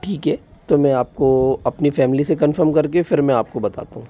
ठीक है तो मैं आपको अपनी फैमिली से कन्फर्म करके फिर मैं आपको बताता हूँ